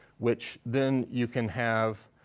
which then you can have